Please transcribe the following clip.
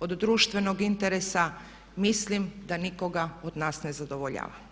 od društvenog interesa mislim da nikoga od nas ne zadovoljava.